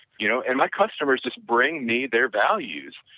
you know and my customers just bring me their values,